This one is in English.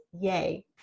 yay